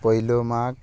ᱯᱳᱭᱞᱳ ᱢᱟᱜᱽ